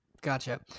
Gotcha